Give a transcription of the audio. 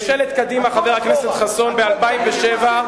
ממשלת קדימה, חבר הכנסת חסון, ב-2007,